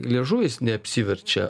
liežuvis neapsiverčia